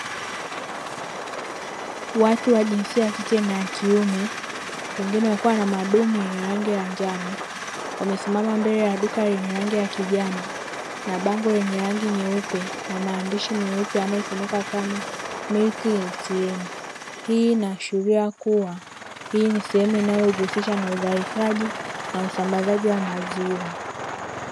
Watu wa jinsia ya kike na kiume wengine wakiwa na madumu yenye rangi ya njano, wamesimama mbele ya duka lenye rangi ya kijani na bango lenye rangi nyeupe na maandishi meupe yanayosomeka kama "milki ATM". Hii inaashiria kuwa hii ni sehemu inayojihusisha na uzalishaji na ushambazaji wa maziwa.